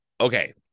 okay